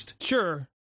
Sure